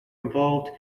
involved